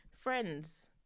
Friends